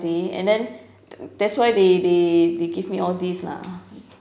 see and then that's why they they they give me all these lah